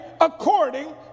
according